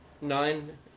Nine